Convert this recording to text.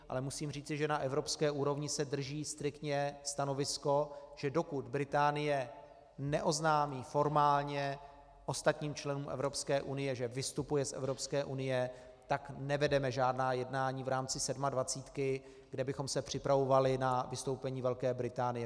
Ale musím říci, že na evropské úrovni se drží striktně stanovisko, že dokud Británie neoznámí formálně ostatním členům Evropské unie, že vystupuje z Evropské unie, tak nevedeme žádná jednání v rámci sedmadvacítky, kde bychom se připravovali na vystoupení Velké Británie.